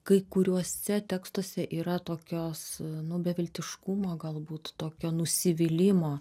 kai kuriuose tekstuose yra tokios nu beviltiškumo galbūt tokio nusivylimo